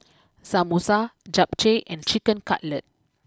Samosa Japchae and Chicken Cutlet